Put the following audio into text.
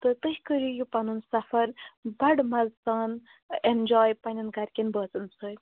تہٕ تُہۍ کٔرِو یہٕ پَنُن سَفر بَڈٕ مَزٕ سان اٮ۪نجاے پنٛنٮ۪ن گَرِکٮ۪ن بٲژَن سۭتۍ